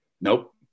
Nope